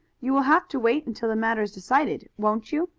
you will have to wait until the matter is decided, won't you?